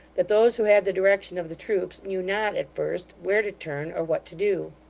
that those who had the direction of the troops knew not, at first, where to turn or what to do.